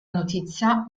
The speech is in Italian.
notizia